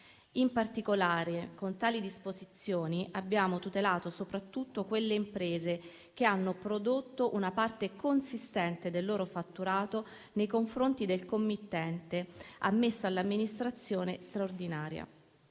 In particolare, con tali disposizioni abbiamo tutelato soprattutto le imprese che hanno prodotto una parte consistente del loro fatturato nei confronti del committente ammesso all'amministrazione straordinaria.